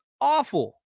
awful